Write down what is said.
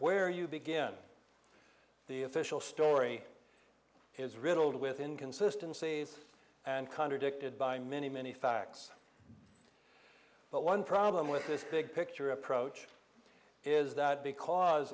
where you begin the official story is riddled with inconsistency is and contradicted by many many facts but one problem with this big picture approach is that because